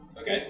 Okay